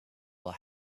will